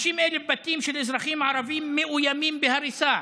50,000 בתים של אזרחים ערבים מאוימים בהריסה